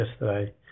yesterday